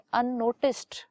unnoticed